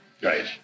right